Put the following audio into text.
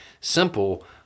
simple